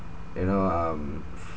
you know um